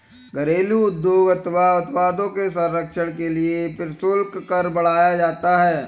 घरेलू उद्योग अथवा उत्पादों के संरक्षण के लिए प्रशुल्क कर बढ़ाया जाता है